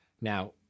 Now